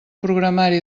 programari